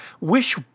Wish